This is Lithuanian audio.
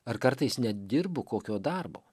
ar kartais nedirbu kokio darbo